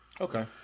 okay